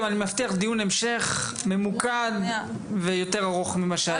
אבל אני מבטיח דיון המשך ממוקד וארוך יותר.